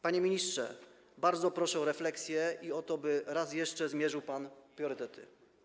Panie ministrze, bardzo proszę o refleksję i o to, by raz jeszcze zmierzył pan priorytety.